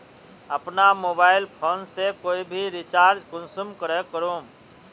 अपना mobile phone से कोई भी रिचार्ज कुंसम करे करूम?